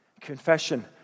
Confession